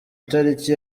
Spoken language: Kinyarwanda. itariki